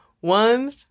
one